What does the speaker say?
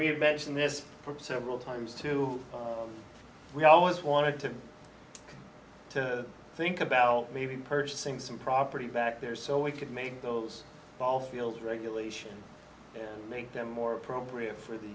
we had mentioned this several times too we always wanted to to think about maybe purchasing some property back there so we could make those ball field regulations make them more appropriate for the